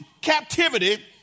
captivity